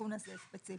התיקון הזה ספציפית.